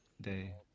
day